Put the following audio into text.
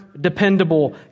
dependable